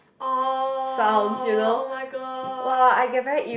oh oh-my-gosh